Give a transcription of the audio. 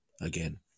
again